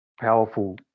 powerful